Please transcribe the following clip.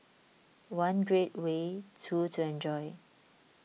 one great way two to enjoy